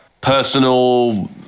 personal